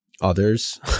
others